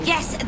Yes